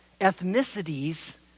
ethnicities